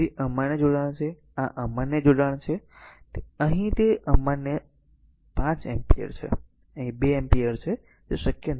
તેથી આ અમાન્ય જોડાણ છે આ અમાન્ય જોડાણ છે અહીં તે અમાન્ય 5 એમ્પીયર છે અહીં 2 એમ્પીયર છે તે શક્ય નથી